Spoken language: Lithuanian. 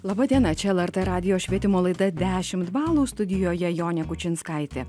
laba diena čia lrt radijo švietimo laida dešim balų studijoje jonė kučinskaitė